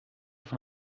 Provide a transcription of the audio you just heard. von